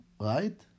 right